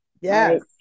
Yes